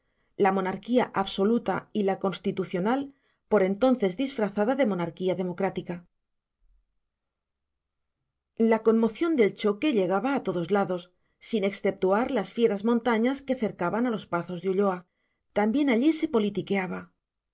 la monarquía absoluta y la constitucional por entonces disfrazada de monarquía democrática la conmoción del choque llegaba a todos lados sin exceptuar las fieras montañas que cercaban a los pazos de ulloa también allí se politiqueaba